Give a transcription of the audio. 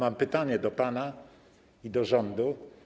Mam pytanie do pana i do rządu: